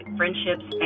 friendships